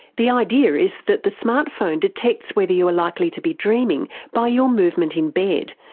the idea is that the smartphone detects whether you are likely to be dreaming by your movement in bed,